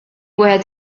wieħed